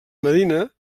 medina